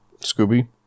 Scooby